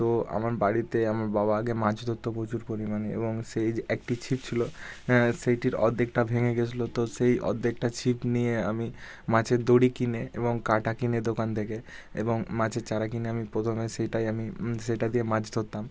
তো আমার বাড়িতে আমার বাবা আগে মাছ ধরতো প্রচুর পরিমাণে এবং সেই যে একটি ছিপ ছিল সেইটির অর্ধেকটা ভেঙে গেছিল তো সেই অর্ধেকটা ছিপ নিয়ে আমি মাছের দড়ি কিনে এবং কাঁটা কিনে দোকান থেকে এবং মাছের চারা কিনে আমি প্রথমে সেইটাই আমি সেটা দিয়ে মাছ ধরতাম